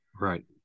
Right